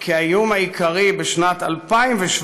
כי האיום העיקרי בשנת 2017,